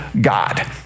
God